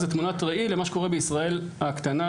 זה תמונת ראי למה שקורה בישראל הקטנה,